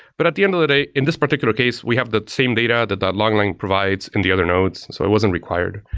but at the end of the day, in this particular case, we have that same data that that logline provides in the other nodes. so it wasn't required.